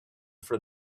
for